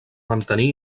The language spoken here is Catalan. mantenir